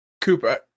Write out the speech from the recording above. Cooper